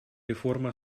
реформы